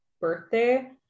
birthday